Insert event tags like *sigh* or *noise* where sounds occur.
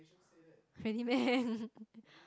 really meh *laughs*